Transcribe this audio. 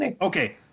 Okay